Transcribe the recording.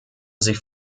sie